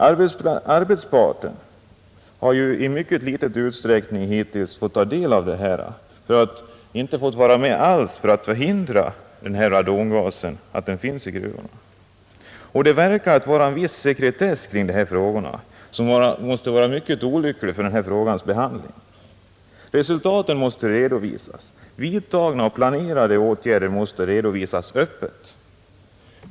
Arbetarparten har i mycket liten utsträckning eller inte alls fått ta del i arbetet på att förhindra förekomsten av radongas i gruvorna, Det verkar vara en viss sekretess kring denna fråga, som måtte vara mycket olycklig för frågans behandling. Resultaten måste redovisas, och vidtagna och planerade åtgärder måste redovisas öppet.